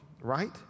right